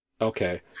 Okay